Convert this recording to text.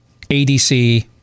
ADC